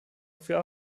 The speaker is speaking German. für